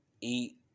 eat